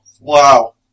Wow